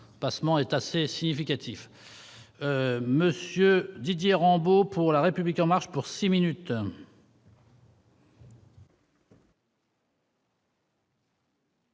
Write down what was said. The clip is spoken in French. de passements est assez significatif. Monsieur Didier Rambaud pour la République en marche pour 6 minutes.